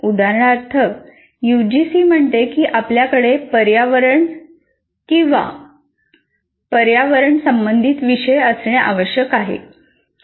उदाहरणार्थ यूजीसी म्हणते की आपल्याकडे पर्यावरणीय किंवा पर्यावरण विषयक विषय असणे आवश्यक आहे